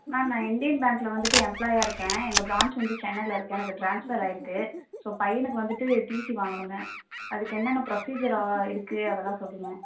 ma'am நான் Indian பேங்கில் வந்துட்டு எம்ப்ளாயாக இருக்கேன் எங்கள் ப்ராஞ்ச் வந்து சென்னையில் இருக்குது எனக்கு ட்ரான்ஸ்ஃபர் ஆகிருக்கு ஸோ பையனுக்கு வந்துட்டு டிசி வாங்கணுங்க அதுக்கு என்னென்ன ப்ரொசீஜர் இருக்குது அதெல்லாம் சொல்லுங்கள்